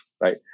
right